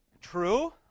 True